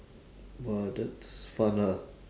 !wah! that's fun ah